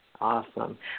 Awesome